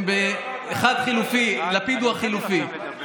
אחד חלופי, לפיד הוא החלופי.